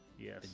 yes